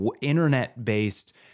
internet-based